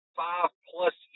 five-plus